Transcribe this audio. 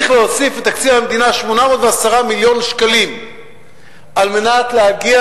צריך להוסיף לתקציב המדינה 810 מיליון שקלים על מנת להגיע